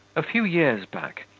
a few years back,